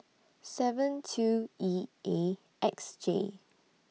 seven two E A X J